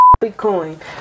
Bitcoin